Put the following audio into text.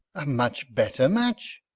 a much better match